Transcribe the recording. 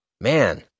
man